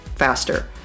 faster